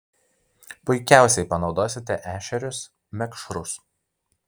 puikiausiai panaudosite ešerius mekšrus